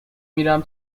میرم